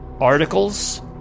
articles